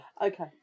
Okay